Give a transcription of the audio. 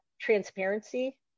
transparency